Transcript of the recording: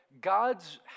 God's